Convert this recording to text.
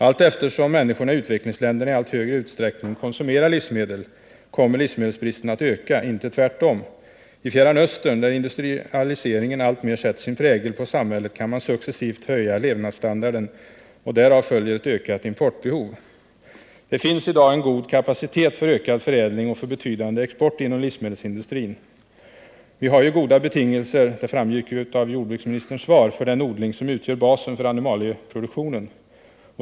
Allteftersom människorna i utvecklingsländerna i allt högre utsträckning konsumerar livsmedel kommer livsmedelsbristen att öka — inte tvärtom. I Fjärran Östern, där industrialiseringen alltmer sätter sin prägel på samhället, kan man successivt höja levnadsstandarden. Därav följer ett ökat importbehov. Det finns i dag en god kapacitet för ökad förädling och för betydande export inom livsmedelsindustrin. Vi har, som framgick av jordbruksministerns svar, goda betingelser för den odling som utgör basen för animalieproduktionen.